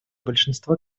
большинства